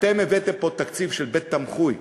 אתם הבאתם פה תקציב של בית-תמחוי.